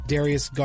Darius